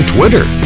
Twitter